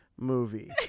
movie